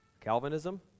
Calvinism